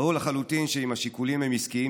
ברור לחלוטין שאם השיקולים הם עסקיים